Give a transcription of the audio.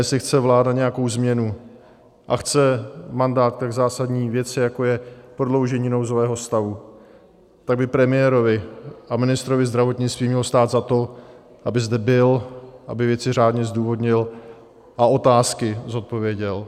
A jestli chce vláda nějakou změnu a chce mandát v tak zásadní věci, jako je prodloužení nouzového stavu, tak by premiérovi a ministrovi zdravotnictví mělo stát za to, aby zde byl, aby věci řádně zdůvodnil a otázky zodpověděl.